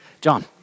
John